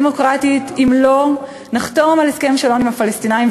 ודמוקרטית אם לא נחתום על הסכם שלום עם הפלסטינים,